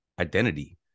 identity